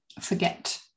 forget